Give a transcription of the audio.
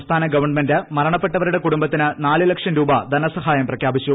സംസ്ഥാന ഗവൺമെന്റ് മരണപ്പെട്ടവരുടെ കുടുംബത്തിന് നാല് ലക്ഷം രൂപ ധനസഹായം പ്രഖ്യാപിച്ചു